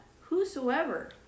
whosoever